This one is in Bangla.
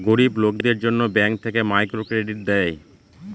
গরিব লোকদের জন্য ব্যাঙ্ক থেকে মাইক্রো ক্রেডিট দেয়